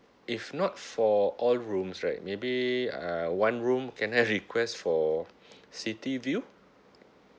if not for all rooms right maybe uh one room can I request for city view